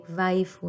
wife